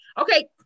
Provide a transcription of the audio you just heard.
okay